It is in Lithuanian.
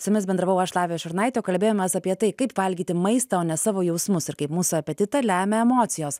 su jumis bendravau aš lavija šurnaitė o kalbėjomės apie tai kaip valgyti maistą o ne savo jausmus ir kaip mūsų apetitą lemia emocijos